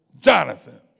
Jonathan